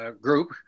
group